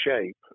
shape